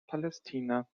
palästina